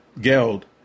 Geld